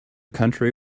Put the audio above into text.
country